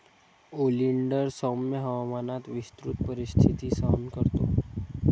oleander सौम्य हवामानात विस्तृत परिस्थिती सहन करतो